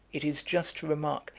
it is just to remark,